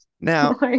Now